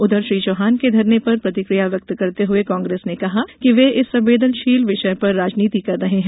उधर श्री चौहान के धरने पर प्रतिक्रिया व्यक्त करते हुए कांग्रेस ने कहा कि वे इस संवेदनशील विषय पर राजनीति कर रहे हैं